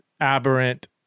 aberrant